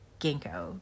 ginkgo